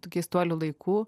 tų keistuolių laikų